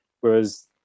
Whereas